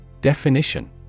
Definition